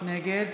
נגד